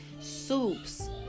Soups